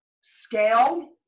scale